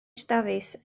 dafis